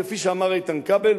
כפי שאמר איתן כבל,